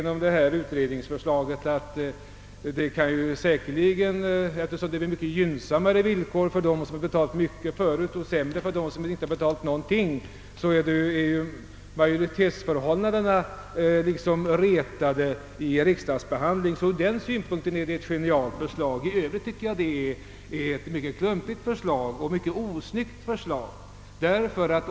Nu är utredningsförslaget så fiffigt, att det blir gynnsammare villkor för dem som betalat mycket och sämre villkor för dem som inte betalat någonting. Detta har naturligtvis påverkat majoritetsförhållandena i riksdagen, och ur den synpunkten är det ett genialt förslag. I övrigt tycker jag att det är ett mycket klumpigt och osnyggt förslag.